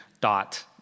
dot